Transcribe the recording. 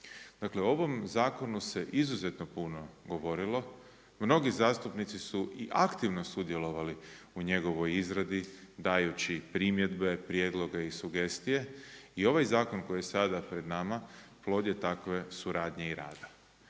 Dakle, o ovom zakonu se izuzetno puno govorilo, mnogi zastupnici su i aktivno sudjelovali u njegovoj izradi dajući primjedbe, prijedloge i sugestije, i ovaj zakoni koji je sada pred nama, plod je takve suradnje i rada.